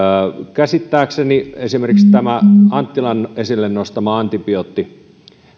käsittääkseni esimerkiksi tämä anttilan esille nostama antibioottien